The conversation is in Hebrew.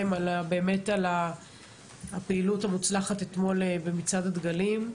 על הפעילות המוצלחת אתמול במצעד הדגלים.